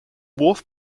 wurf